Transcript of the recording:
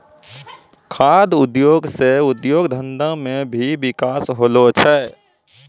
खाद्य उद्योग से उद्योग धंधा मे भी बिकास होलो छै